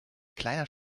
kleiner